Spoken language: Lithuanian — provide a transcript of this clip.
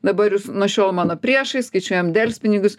dabar jūs nuo šiol mano priešai skaičiuojam delspinigius